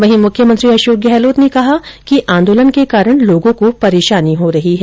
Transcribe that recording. वहीं मुख्यमंत्री अषोक गहलोत ने कहा कि आंदोलन के कारण लोगों को परेषानी हो रही है